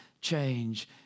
change